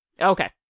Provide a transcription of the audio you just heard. Okay